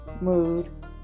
Mood